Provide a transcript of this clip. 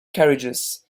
carriages